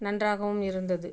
நன்றாகவும் இருந்தது